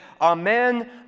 Amen